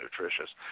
nutritious